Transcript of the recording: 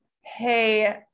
hey